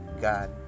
God